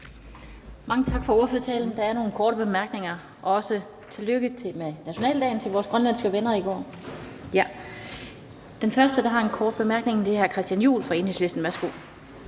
Mange tak for ordførertalen. Der er nogle korte bemærkninger. Også tillykke med en nationaldagen i går til vores grønlandske venner. Den første, der har en kort bemærkning, er hr. Christian Juhl fra Enhedslisten. Værsgo.